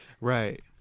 Right